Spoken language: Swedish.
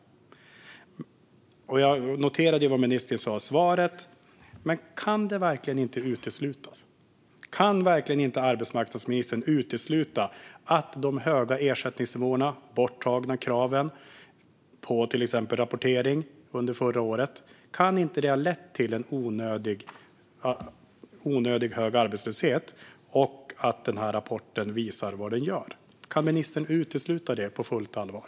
Jag noterar vad ministern sa i svaret. Men kan det verkligen inte uteslutas att de höga ersättningsnivåerna och de borttagna kraven förra året på till exempel rapportering ha lett till en onödigt hög arbetslöshet och att rapporten visar vad det gör? Kan arbetsmarknadsministern utesluta det på fullt allvar?